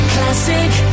Classic